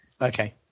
Okay